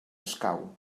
escau